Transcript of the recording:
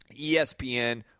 ESPN